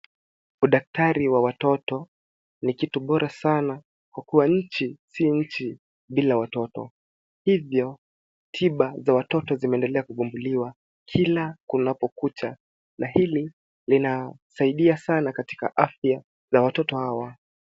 Udaktari wa watoto ni kitu bora sana kwa kuwa nchi si nchi bila watoto, hivyo tiba za watoto zimeendelea kugunduliwa kila kunapokucha na hili linasaidia sana katika afya za watoto hawa.